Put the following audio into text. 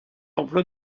emploi